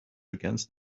against